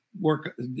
work